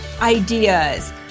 ideas